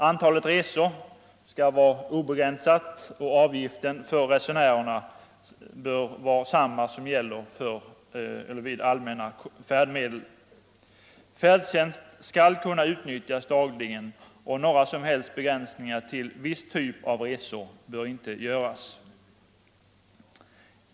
Antalet resor skall vara obegränsat, och avgiften för resenärerna bör vara densamma som gäller vid användande av allmänna färdmedel. Färdtjänst skall kunna utnyttjas dagligen, och några som helst begränsningar till typen av resor bör inte göras.